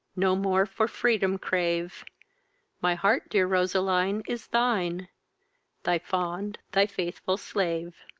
no more for freedom crave my heart, dear roseline, is thine thy fond, thy faithful slave.